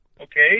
Okay